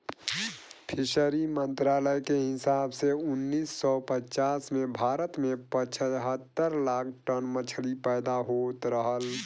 fishery मंत्रालय के हिसाब से उन्नीस सौ पचास में भारत में पचहत्तर लाख टन मछली पैदा होत रहल